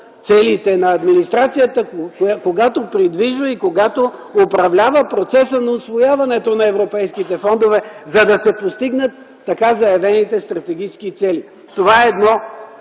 целите на администрацията, когато придвижва и управлява процеса на усвояването на европейските фондове, за да се постигнат така заявените стратегически цели. От